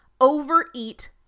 overeat